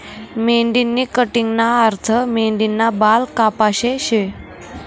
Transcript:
मेंढीनी कटिंगना अर्थ मेंढीना बाल कापाशे शे